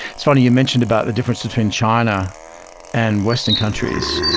it's funny you mentioned about the difference between china and western countries,